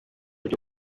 byo